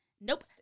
Nope